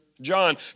John